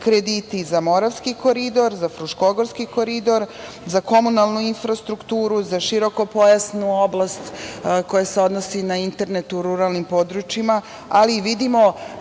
krediti za Moravski koridor, za Fruškogorski koridor, za komunalnu infrastrukturu, za širokopojasnu oblast koja se odnosi na internet u ruralnim područjima, ali vidimo